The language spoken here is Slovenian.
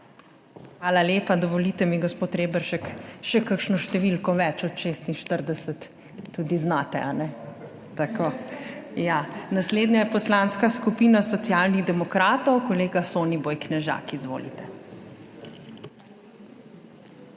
Hvala lepa. Dovolite mi, gospod Reberšek, še kakšno številko več od 46 tudi znate, kajne. Naslednja je Poslanska skupina Socialnih demokratov, kolega Soniboj Knežak. Izvolite.